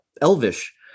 Elvish